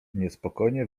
niespokojnie